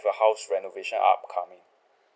a house renovation upcoming